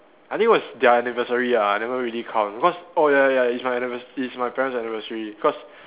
I think was their anniversary ah I never really count because oh ya ya it's my annivers~ it's my parents' anniversary because